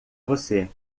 você